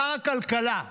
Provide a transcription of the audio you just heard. שר הכלכלה: